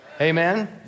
Amen